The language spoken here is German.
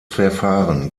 verfahren